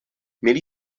měli